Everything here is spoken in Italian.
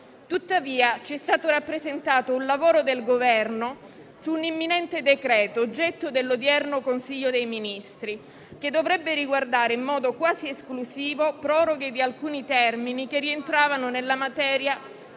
Tuttavia ci è stato rappresentato un lavoro del Governo su un imminente decreto oggetto dell'odierno Consiglio dei ministri, che dovrebbe riguardare in modo quasi esclusivo proroghe di alcuni termini che rientrano nella materia